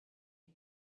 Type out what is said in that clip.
had